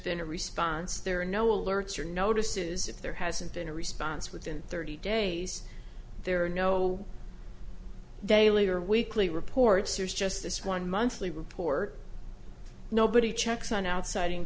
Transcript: been a response there are no alerts or notices if there hasn't been a response within thirty days there are no daily or weekly reports there's just this one monthly report nobody checks on outside